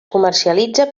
comercialitza